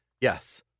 Yes